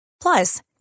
Plus